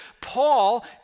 Paul